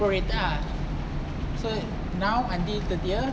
prorated lah so now until thirtieth